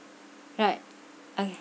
right okay